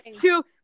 two